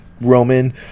Roman